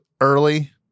early